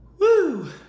Woo